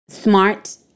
smart